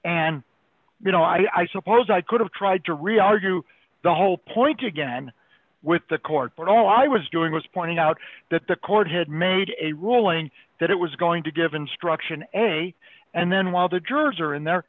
and you know i suppose i could have tried to re argue the whole point again with the court but all i was doing was pointing out that the court had made a ruling that it was going to give instruction a and then while the jurors are in there